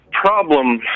problem